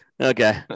Okay